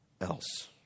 else